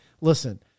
listen